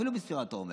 אפילו בספירת העומר.